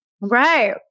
Right